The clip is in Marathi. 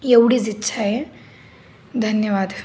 एवढीच इच्छा आहे धन्यवाद